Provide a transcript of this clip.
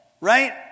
right